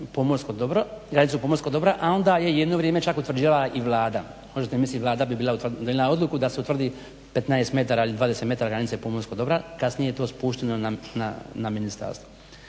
pomorsko dobro. Radi se o pomorskom dobru, a onda je jedno vrijeme čak utvrđivala i Vlada, možete mislit Vlada bi bila donijela odluku da se utvrdi 15 metara ili 20 metara granice pomorskog dobra. Kasnije je to spušteno na ministarstvo.